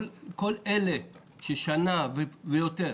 כל אלה, ששנה ויותר